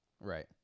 Right